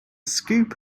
scoop